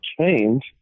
change